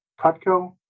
Cutco